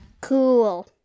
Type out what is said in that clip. Cool